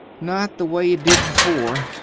not the way it did before.